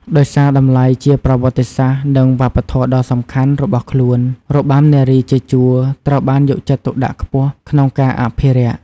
ដោយសារតម្លៃជាប្រវត្តិសាស្ត្រ និងវប្បធម៌ដ៏សំខាន់របស់ខ្លួន របាំនារីជាជួរ ត្រូវបានយកចិត្តទុកដាក់ខ្ពស់ក្នុងការអភិរក្ស។